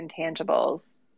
intangibles